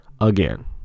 again